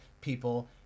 people